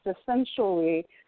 essentially